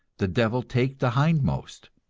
the devil take the hindmost,